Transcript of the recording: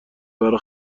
برا